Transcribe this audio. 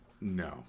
No